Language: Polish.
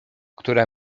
która